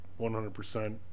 100%